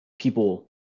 people